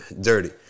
dirty